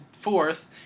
fourth